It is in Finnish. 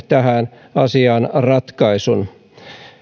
tähän asiaan ratkaisun